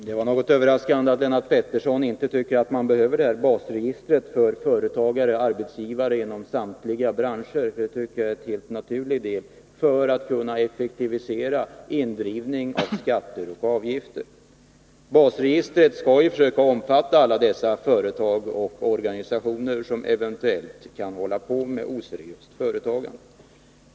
Herr talman! Det är något överraskande att Lennart Pettersson inte tycker att man behöver det här basregistret över företagare/arbetsgivare inom samtliga branscher. Jag tycker att det är en helt naturlig idé att upprätta ett sådant register för att man skall kunna effektivisera indrivning av skatter och avgifter. Avsikten är ju att basregistret skall omfatta alla företag och organisationer, alltså även de som eventuellt kan hålla på med oseriöst företagande.